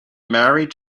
married